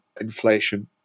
inflation